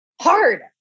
hard